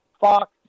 Fox